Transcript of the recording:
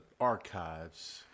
archives